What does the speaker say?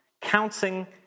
counting